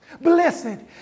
Blessed